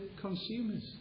consumers